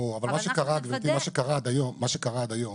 ברור, אבל גברתי מה שקרה עד היום